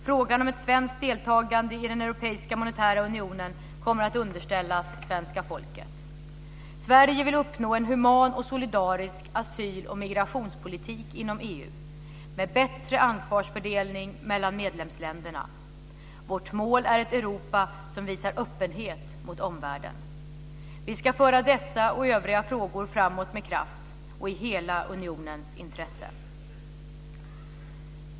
Frågan om ett svenskt deltagande i den europeiska monetära unionen kommer att underställas svenska folket. Sverige vill uppnå en human och solidarisk asyloch migrationspolitik inom EU, med bättre ansvarsfördelning mellan medlemsländerna. Vårt mål är ett Europa som visar öppenhet mot omvärlden. Vi ska föra dessa och övriga frågor framåt med kraft och i hela unionens intresse.